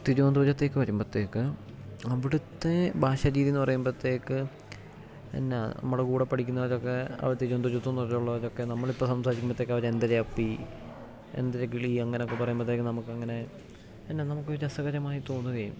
തിരുവനന്തപുരത്തേക്ക് വരുമ്പത്തേക്ക് അവിടുത്തെ ഭാഷ രീതി എന്ന് പറയുമ്പത്തേക്ക് എന്നാ നമ്മുടെ കൂടെ പഠിക്കുന്നവരൊക്കെ അവര് തിരുവനന്തപുരത്ത് നിന്ന് ഉള്ളവരൊക്കെ നമ്മൾ ഇപ്പം സംസാരിക്കുമ്പത്തേക്ക് അവര് എന്തര അപ്പി എന്തര കിളി അങ്ങനൊക്കെ പറയുമ്പത്തേക്ക് നമുക്കങ്ങനെ എന്നാ നമുക്കൊരു രസകരമായി തോന്നുകയും